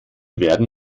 werden